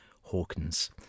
Hawkins